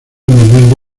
medalla